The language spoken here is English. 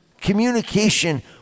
Communication